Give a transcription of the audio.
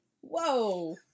Whoa